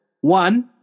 one